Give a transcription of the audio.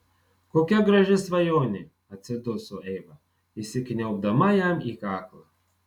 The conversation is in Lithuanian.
kokia graži svajonė atsiduso eiva įsikniaubdama jam į kaklą